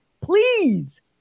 please